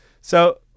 So-